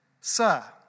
Sir